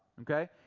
Okay